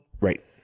Right